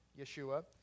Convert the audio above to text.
Yeshua